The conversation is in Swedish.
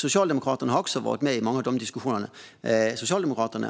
Socialdemokraterna var med i många av dessa diskussioner, och de